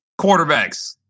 Quarterbacks